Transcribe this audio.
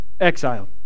exiled